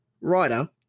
writer